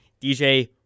DJ